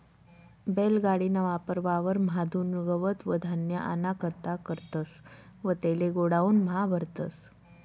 बैल गाडी ना वापर वावर म्हादुन गवत व धान्य आना करता करतस व तेले गोडाऊन म्हा भरतस